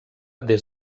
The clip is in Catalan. des